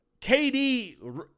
KD